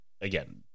again